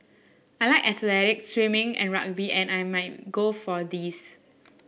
I like athletics swimming and rugby and I might go for these